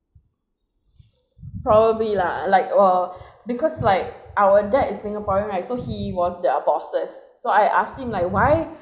probably lah like err because like our dad is singaporean right so he was their bosses so I ask him like why